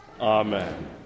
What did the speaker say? Amen